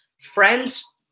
friends